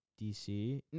DC